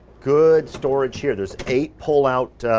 good storage here. there's eight pullout.